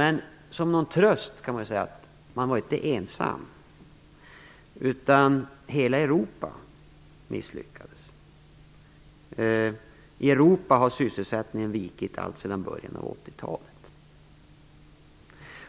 En tröst är att man inte var ensam. Hela Europa misslyckades. I Europa har sysselsättningen minskat alltsedan början av 1980